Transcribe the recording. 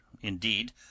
indeed